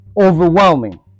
overwhelming